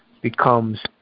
becomes